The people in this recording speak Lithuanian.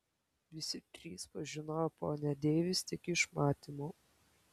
visi trys pažinojo ponią deivis tik iš matymo